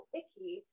icky